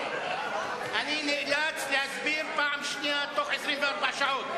אני נאלץ להסביר פעם שנייה בתוך 24 שעות.